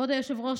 כבוד היושב-ראש,